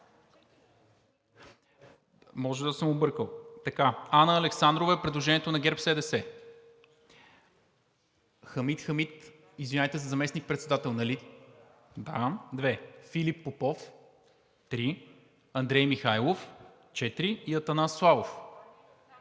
Може да съм объркал. Така. Анна Александрова е предложението на ГЕРБ-СДС; Хамид Хамид... извинявайте, за заместник-председател, нали? Да. Две. Филип Попов – три, Андрей Михайлов – четири, и Атанас Славов.